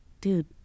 dude